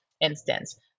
instance